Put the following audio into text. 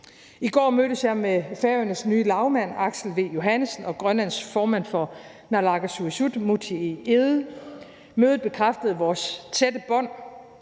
I går mødtes jeg med Færøernes nye lagmand, Aksel V. Johannesen, og Grønlands formand for Naalakkersuisut, Múte Egede, og mødet bekræftede de tætte bånd